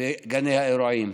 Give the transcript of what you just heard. וגני האירועים,